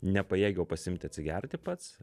nepajėgiau pasiimti atsigerti pats